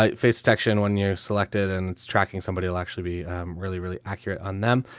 um face detection when you're selected and it's tracking, somebody will actually be really, really accurate on them.